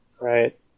right